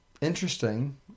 Interesting